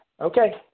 Okay